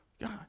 God